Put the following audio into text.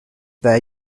there